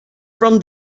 from